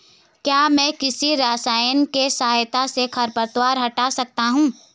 क्या मैं किसी रसायन के सहायता से खरपतवार हटा सकता हूँ?